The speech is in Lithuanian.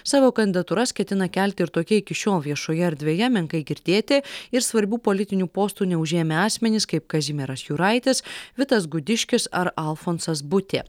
savo kandidatūras ketina kelti ir tokie iki šiol viešoje erdvėje menkai girdėti ir svarbių politinių postų neužėmę asmenys kaip kazimieras juraitis vitas gudiškis ar alfonsas butė